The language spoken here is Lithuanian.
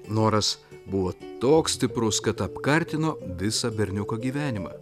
noras buvo toks stiprus kad apkartino visą berniuko gyvenimą